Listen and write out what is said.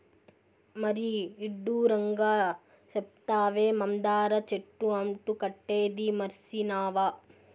మరీ ఇడ్డూరంగా సెప్తావే, మందార చెట్టు అంటు కట్టేదీ మర్సినావా